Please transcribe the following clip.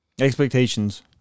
Expectations